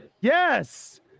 Yes